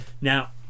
now